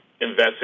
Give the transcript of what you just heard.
investing